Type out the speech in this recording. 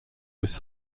was